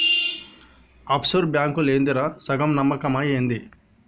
half sure బాంకులేందిరా, సగం నమ్మకమా ఏంది